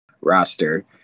roster